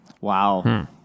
Wow